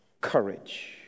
courage